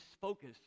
focus